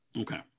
Okay